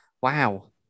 wow